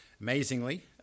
Amazingly